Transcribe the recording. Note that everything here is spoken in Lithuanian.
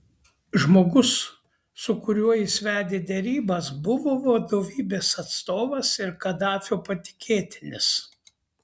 žmogus su kuriuo jis vedė derybas buvo vadovybės atstovas ir kadafio patikėtinis